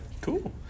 Cool